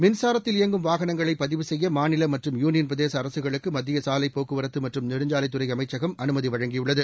மின்சாரத்தில் இயங்கும் வாகனங்களை பதிவு செய்ய மாநில மற்றும் யூனியன் பிரதேச அரசுகளுக்கு மத்திய சாலை போக்குவரத்து மற்றும் நெடுஞ்சாலைத்துறை அமைச்சகம் அனுமதி வழங்கியுள்ளது